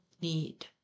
need